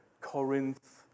Corinth